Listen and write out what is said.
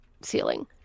ceiling